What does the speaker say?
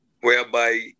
whereby